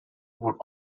would